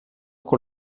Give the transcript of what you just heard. con